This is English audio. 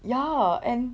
yeah and